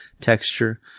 texture